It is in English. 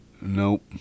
Nope